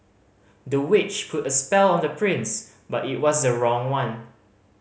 the witch put a spell on the prince but it was the wrong one